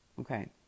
Okay